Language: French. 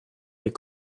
les